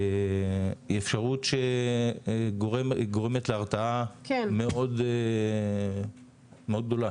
היא אפשרות שגורמת להרתעה מאוד גדולה